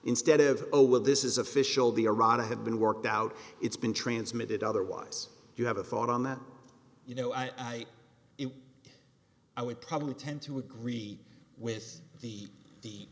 instead of oh well this is official the iran to have been worked out it's been transmitted otherwise you have a thought on that you know i i would probably tend to agree with the the